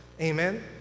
Amen